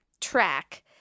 track